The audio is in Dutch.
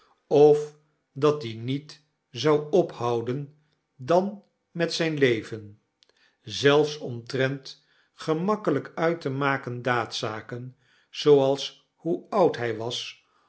of dat die niet zou ophouden dan met zijn leven zelfs omtrent gemakkelijk uit te maken daadzaken zooals hoe oud hij was